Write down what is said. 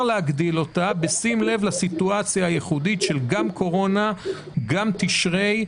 להגדיל בשים לב לסיטואציה הייחודית של קורונה ושל חודש תשרי,